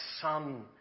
Son